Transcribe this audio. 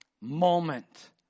Moment